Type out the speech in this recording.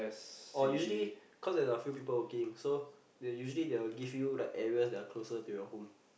oh usually cause there's a few people working so they usually they will give you like areas that are closer to your home